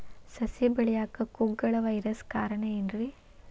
ಸಸಿ ಬೆಳೆಯಾಕ ಕುಗ್ಗಳ ವೈರಸ್ ಕಾರಣ ಏನ್ರಿ?